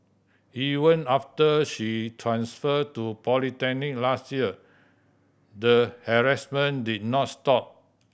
even after she transferred to polytechnic last year the harassment did not stop